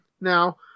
now